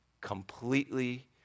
completely